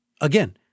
Again